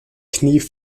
knie